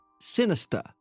sinister